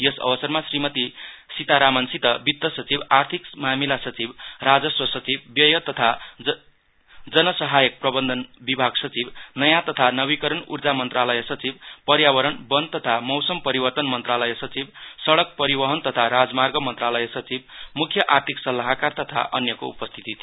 यस अवसरमा श्रीमती सितारामनसित वित्त सचिव आर्थिक मामिला सचिव राजस्व सचिवव्यय तथा जन सहयाक प्रबन्धन विभाग सचिव नयाँ तथा नवीकरण ऊजा मन्त्रालय सचिवपर्यावरणवन तथा मौसम परिवर्तन मन्त्रालय सचिवसड़क परिवहन तथा राजमार्ग मन्त्रालय सचिवमुख्य आर्थिक सल्लाहकार तथा अन्यको उपस्थिति थियो